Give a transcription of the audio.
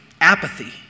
apathy